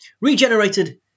regenerated